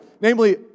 namely